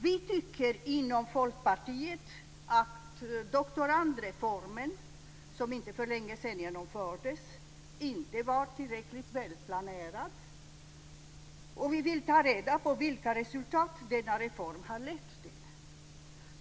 Vi inom Folkpartiet tycker att doktorandreformen, som genomfördes för inte så länge sedan, inte var tillräckligt välplanerad. Vi vill ta reda på vilka resultat denna reform har fått.